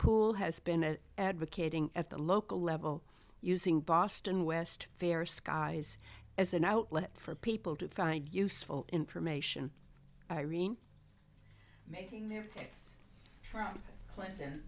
pool has been advocating at the local level using boston west fair skies as an outlet for people to find useful information irene making their tapes from clinton